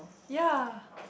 ya